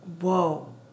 whoa